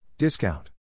Discount